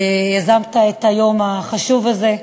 על שיזמת את היום החשוב הזה,